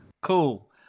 cool